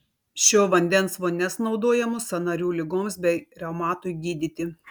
šio vandens vonias naudojamos sąnarių ligoms bei reumatui gydyti